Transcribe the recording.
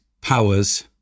powers